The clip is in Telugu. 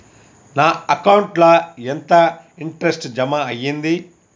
నా అకౌంట్ ల ఎంత ఇంట్రెస్ట్ జమ అయ్యింది?